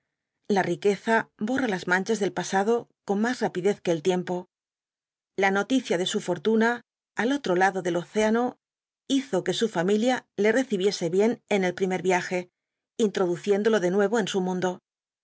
la riqueza borra las manchas del pasado con más rapidez que el tiempo la noticia de su fortuna al otro lado del océano hizo que su familia le recibiese bien en el primer viaje introduciéndolo de nuevo en su mundo